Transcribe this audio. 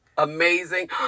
amazing